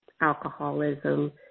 alcoholism